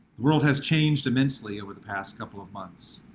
the world has changed immensely over the past couple of months,